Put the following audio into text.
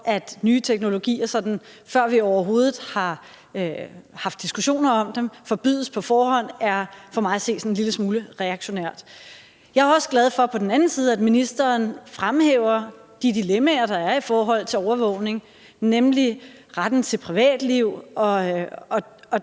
forbydes på forhånd, før vi overhovedet har haft diskussioner om dem, er for mig at se sådan en lille smule reaktionær. Jeg er på den anden side også glad for, at ministeren fremhæver de dilemmaer, der er i forhold til overvågning, nemlig retten til privatliv og